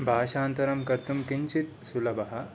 भाषान्तरं कर्तुं किञ्चित् सुलभः